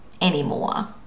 anymore